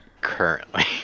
Currently